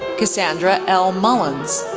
cassandra l. mullins,